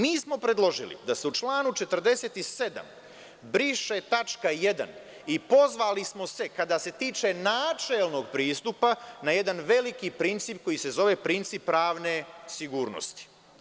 Mi smo predložili da se u članu 47. briše tačka 1. i pozvali smo se, kada se tiče načelnog pristupa na jedan veliki princip koji se zove princip pravne sigurnosti.